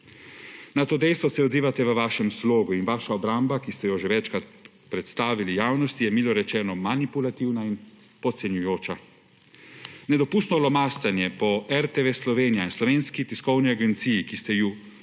Na to dejstvo se odzivate v vašem slogu in vaša obramba, ki ste jo že večkrat predstavili javnosti, je milo rečeno, manipulativna in podcenjujoča. Nedopustno lomastenje po RTV Slovenija in Slovenski tiskovni agenciji, ki ste se ju lotili